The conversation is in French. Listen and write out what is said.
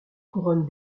couronne